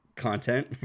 content